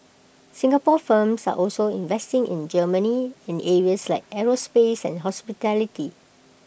Singapore firms are also investing in Germany in areas like aerospace and hospitality